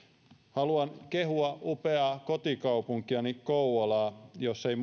haluan kehua upeaa kotikaupunkiani kouvolaa jos ei